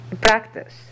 practice